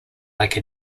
like